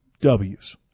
W's